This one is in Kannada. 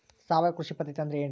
ಸಾವಯವ ಕೃಷಿ ಪದ್ಧತಿ ಅಂದ್ರೆ ಏನ್ರಿ?